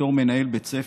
בתור מנהל בית ספר,